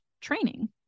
training